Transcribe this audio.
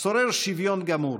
שורר שוויון גמור.